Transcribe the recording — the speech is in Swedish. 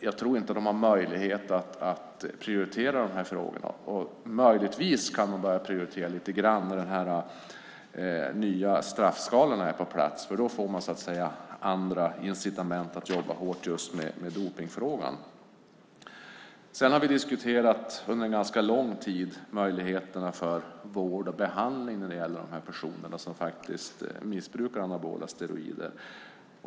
Jag tror inte att de har möjlighet att prioritera de här frågorna. Möjligtvis kan de börja prioritera lite när den nya straffskalan är på plats. Då får man andra incitament att jobba hårt med dopningsfrågan. Vi har under ganska lång tid diskuterat möjligheten för vård och behandling när det gäller de personer som missbrukar anabola steroider.